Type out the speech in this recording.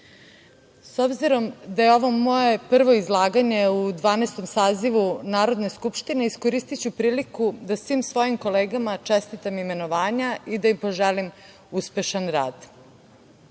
obzirom da je ovo moje prvo izlaganje u Dvanaestom sazivu Narodne skupštine, iskoristiću priliku da svim svojim kolegama čestitam imenovanja i da im poželim uspešan rad. Kada